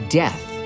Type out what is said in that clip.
death